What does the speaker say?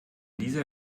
dieser